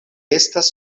estas